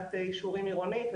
ועדת אישורים עירונית.